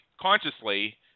consciously